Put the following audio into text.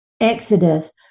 exodus